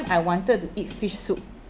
I wanted to eat fish soup